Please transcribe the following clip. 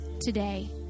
today